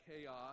chaos